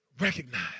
Recognize